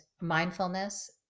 mindfulness